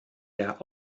der